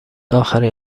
آخرین